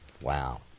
Wow